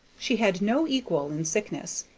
she had no equal in sickness,